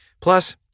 Plus